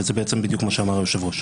וזה בעצם בדיוק מה שאמר היו"ר.